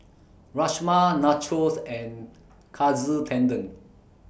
Rajma Nachos and Katsu Tendon